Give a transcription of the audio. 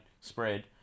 spread